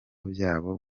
byabo